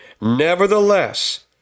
Nevertheless